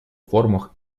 формах